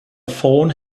phone